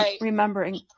remembering